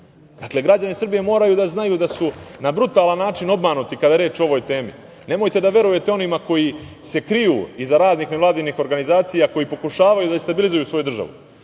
Tintom. Dakle, građani Srbije moraju da znaju da su na brutalan način obmanuti kada je reč o ovoj temi. Nemojte da verujete onima koji se kriju iza raznih nevladinih organizacija koji pokušavaju da destabilizuju svoju državu,